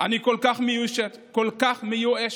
אני כל כך מיואשת, כל כך מיואשת.